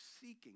seeking